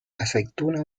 aceituna